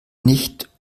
nicht